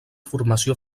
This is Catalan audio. formació